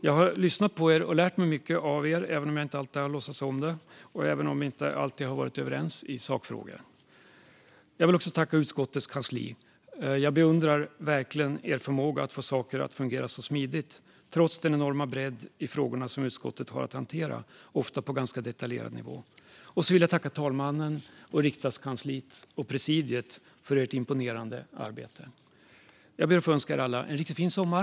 Jag har lyssnat på er och lärt mig mycket av er, även om jag inte alltid har låtsats om det och även om vi inte alltid har varit överens i sakfrågor. Jag vill också tacka utskottets kansli. Jag beundrar verkligen er förmåga att få saker att fungera så smidigt, trots den enorma bredd i frågorna som utskottet har att hantera och ofta på ganska detaljerad nivå. Jag vill även tacka talmannen, kammarkansliet och presidiet för ert imponerande arbete. Jag ber att få önska er alla en riktigt fin sommar!